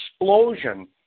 explosion